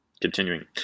Continuing